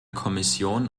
kommission